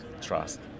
trust